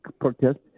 protest